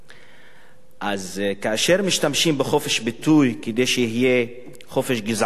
אז כאשר משתמשים בחופש ביטוי כדי שיהיה חופש גזענות וחופש הסתה,